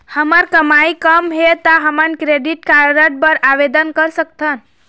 हमर कमाई कम हे ता हमन क्रेडिट कारड बर आवेदन कर सकथन?